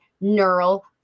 neural